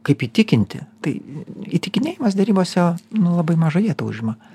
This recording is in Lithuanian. kaip įtikinti tai įtikinėjimas derybose nu labai mažą vietą užima